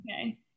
Okay